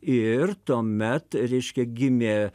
ir tuomet reiškia gimė